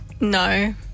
No